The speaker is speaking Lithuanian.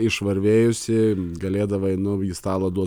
išvarvėjusi galėdavai nu stalą duot